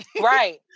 Right